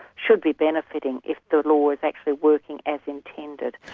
should be benefiting if the law is actually working as intended.